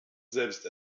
selbst